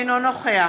אינו נוכח